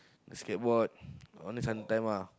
skateboard only sometime ah